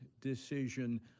decision